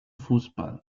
fußball